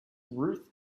ruth